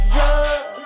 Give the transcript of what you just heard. Drugs